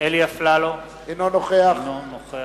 אלי אפללו, אינו נוכח